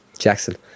Jackson